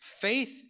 Faith